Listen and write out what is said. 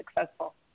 successful